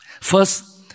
First